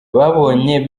babonye